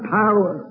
power